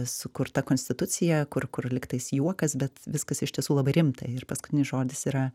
sukurta konstitucija kur kur lygtais juokas bet viskas iš tiesų labai rimta ir paskutinis žodis yra